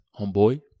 homeboy